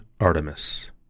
Artemis